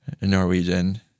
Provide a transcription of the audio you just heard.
Norwegian